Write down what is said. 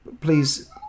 please